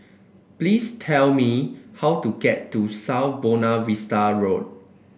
please tell me how to get to South Buona Vista Road